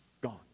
gone